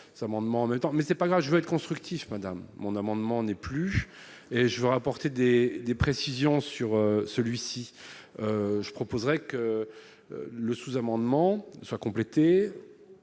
mais c'est pas grave, je vais être constructif madame mon amendement n'est plus, et je vous rapporter dès des précisions sur celui-ci, je proposerai que le sous-amendement soit complété